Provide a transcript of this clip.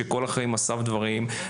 שכל החיים אסף דברים,